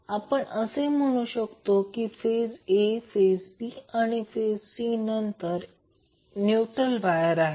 तर आपण असे म्हणू शकतो A फेज B फेज आणि C फेज आणि नंतर न्यूट्रल वायर आहेत